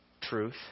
truth